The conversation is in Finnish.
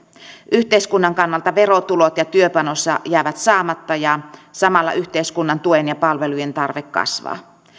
yhteiskunnan kannalta verotulot ja työpanos jäävät saamatta ja samalla yhteiskunnan tuen ja palvelujen tarve kasvaa